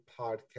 podcast